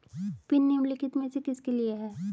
Pin निम्नलिखित में से किसके लिए है?